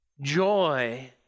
joy